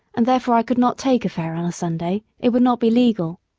and therefore i could not take a fare on a sunday it would not be legal.